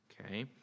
okay